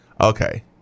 okay